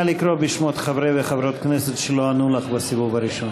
נא לקרוא בשמות חברות וחברי הכנסת שלא ענו לך בסיבוב הראשון.